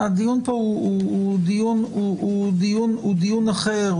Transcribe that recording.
הדיון פה הוא דיון אחר.